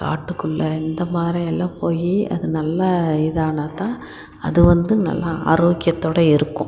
காட்டுக்குள்ளே இந்த மாதிரியெல்லாம் போய் அது நல்லா இதானாதான் அது வந்து நல்லா ஆரோக்கியத்தோடு இருக்கும்